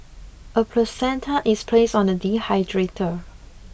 a placenta is placed on a dehydrator